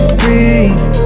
breathe